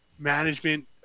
Management